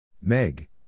Meg